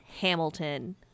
Hamilton